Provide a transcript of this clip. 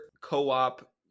co-op